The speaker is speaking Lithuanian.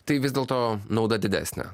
tai vis dėlto nauda didesnė